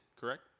correct